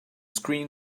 screen